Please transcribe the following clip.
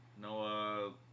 No